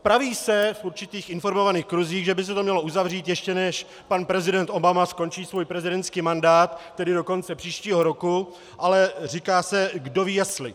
Praví se v určitých informovaných kruzích, že by se to mělo uzavřít, ještě než pan prezident Obama skončí svůj prezidentský mandát, tedy do konce příštího roku, ale říká se kdoví jestli.